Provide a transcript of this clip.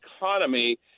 economy